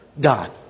God